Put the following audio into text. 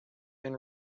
been